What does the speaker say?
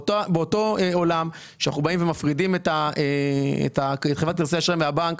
באותו עולם שאנחנו באים ומפרידים את חברת כרטיסי האשראי מהבנק,